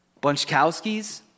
Bunchkowskis